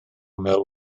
mewn